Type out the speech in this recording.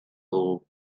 dugu